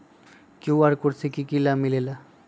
QR code से कि कि लाव मिलेला?